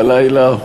בלילה,